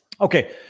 Okay